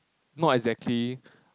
not exactly